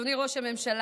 אדוני ראש הממשלה,